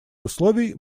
условий